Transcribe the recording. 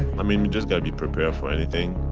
i mean you just gotta be prepared for anything,